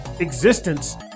Existence